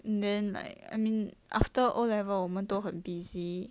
and then like I mean after o level 我们都很 busy